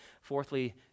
Fourthly